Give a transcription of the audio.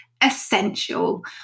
essential